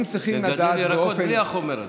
מגדלים ירקות בלי החומר הזה.